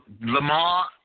Lamar